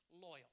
Loyal